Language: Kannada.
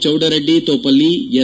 ಚೌಡರೆಡ್ಡಿ ತೊಪಲ್ಲಿ ಎಸ್